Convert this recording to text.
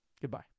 Goodbye